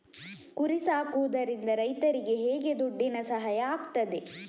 ಕುರಿ ಸಾಕುವುದರಿಂದ ರೈತರಿಗೆ ಹೇಗೆ ದುಡ್ಡಿನ ಸಹಾಯ ಆಗ್ತದೆ?